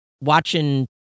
watching